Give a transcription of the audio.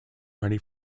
ready